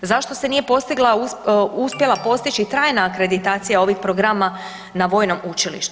Zašto se nije postigla, uspjela postići trajna akreditacija ovih programa na vojnom učilištu?